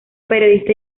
periodista